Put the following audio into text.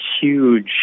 huge